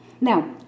Now